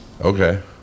Okay